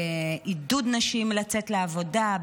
עידוד נשים לצאת לעבודה,